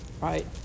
right